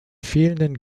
fehlenden